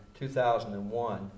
2001